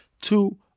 two